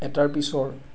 এটাৰ পিছৰ